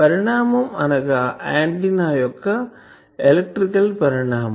పరిణామం అనగా ఆంటిన్నా యొక్క ఎలక్ట్రికల్ పరిణామం